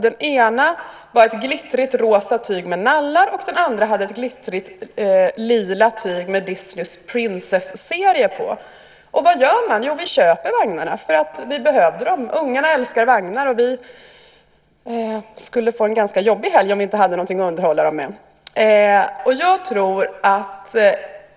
Den ena hade ett glittrigt rosa tyg med nallar, och den andra hade ett glittrigt lila tyg med Disneys prinsesserie. Vad gör man? Jo, vi köper vagnarna, eftersom vi behövde dem. Ungarna älskar vagnar, och vi skulle få en ganska jobbig helg om vi inte hade något att underhålla dem med.